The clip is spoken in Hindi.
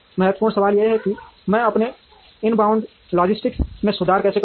महत्वपूर्ण सवाल यह है कि मैं अपने इनबाउंड लॉजिस्टिक्स में सुधार कैसे करूं